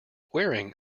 wearing